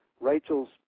Rachel's